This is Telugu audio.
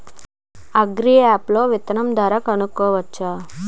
అగ్రియాప్ లో విత్తనం ధర కనుకోవచ్చా?